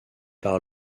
par